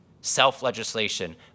self-legislation